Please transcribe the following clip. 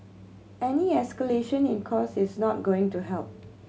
any escalation in costs is not going to help